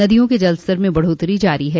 नदियों के जलस्तर में बढ़ोत्तरी जारी है